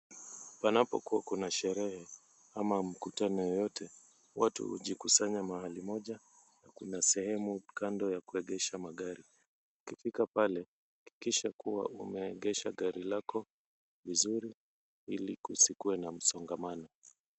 Panapokuwa na sherehe ama mkutano yoyote watu hujikusanya mahali moja na kuna sehemu kando ya kuegesha magari. Ukifika pale hakikisha umeegesha gari lako vizuri ilikusikuwe na msongamano.